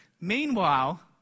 Meanwhile